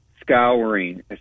scouring